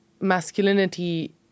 masculinity